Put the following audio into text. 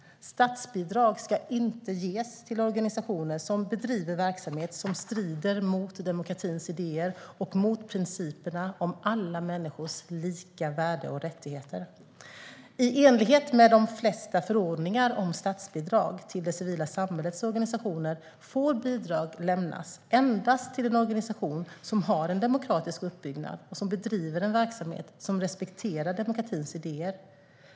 Statsbidrag ska inte ges till organisationer som bedriver verksamhet som strider mot demokratins idéer och mot principerna om alla människors lika värde och rättigheter. I enlighet med de flesta förordningar om statsbidrag till det civila samhällets organisationer får bidrag lämnas endast till en organisation som har en demokratisk uppbyggnad och som bedriver en verksamhet som respekterar demokratins idéer.